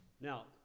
Now